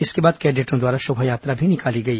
इसके बाद कैडेटों द्वारा शोभायात्रा भी निकाली गई